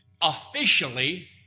officially